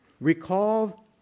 recall